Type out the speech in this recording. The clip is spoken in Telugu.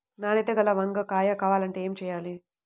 నాణ్యత గల వంగ కాయ కావాలంటే ఏమి చెయ్యాలి?